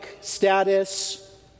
status